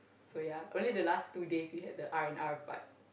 so ya only the last two days we had the R-and-R part